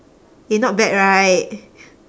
eh not bad right